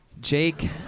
Jake